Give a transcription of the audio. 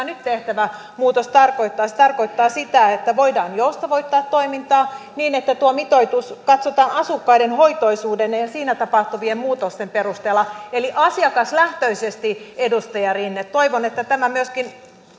nyt tehtävä muutos tarkoittaa se tarkoittaa sitä että voidaan joustavoittaa toimintaa niin että tuo mitoitus katsotaan asukkaiden hoitoisuuden ja ja siinä tapahtuvien muutosten perusteella eli asiakaslähtöisesti edustaja rinne toivon että tämä myöskin